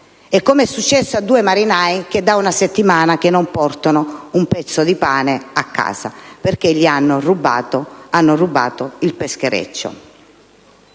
(come è successo a due marinai, che da una settimana non portano un pezzo di pane a casa perché hanno rubato loro il peschereccio).